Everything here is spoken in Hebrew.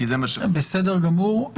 בסדר גמור.